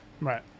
Right